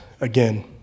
again